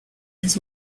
his